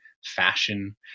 fashion